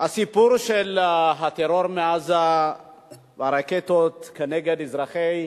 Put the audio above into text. הסיפור של הטרור מעזה והרקטות כנגד אזרחי